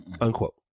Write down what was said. unquote